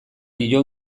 dio